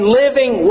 living